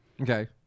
Okay